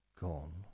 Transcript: gone